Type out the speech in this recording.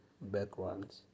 backgrounds